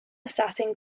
assassin